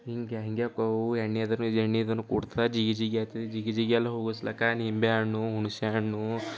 ಹೀಗೆ ಹೀಗೆ ಕೋವು ಎಣ್ಣೆ ಆದರೂ ಎಣ್ಣೆ ಆದರೂ ಕುಟ್ಟುತ್ತಾ ಜಿಗಿ ಜಿಗಿ ಆಯ್ತದೆ ಜಿಗಿ ಜಿಗಿ ಎಲ್ಲ ಹೋಗ್ಸಲಕ್ಕ ನಿಂಬೆಹಣ್ಣು ಹುಣಸೇಹಣ್ಣು